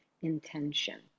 intention